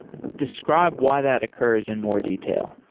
describe why that occurs in more detail.